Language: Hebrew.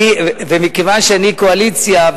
מכיוון שאני קואליציה,